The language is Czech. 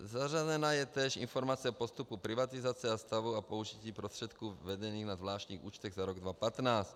Zařazena je též informace o postupu privatizace a stavu a použití prostředků vedených na zvláštních účtech za rok 2015.